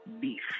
beef